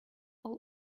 all